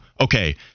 okay